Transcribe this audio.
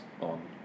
on